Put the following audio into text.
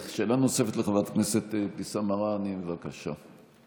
שאלה נוספת, לחברת הכנסת אבתיסאם מראענה, בבקשה.